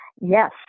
Yes